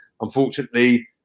unfortunately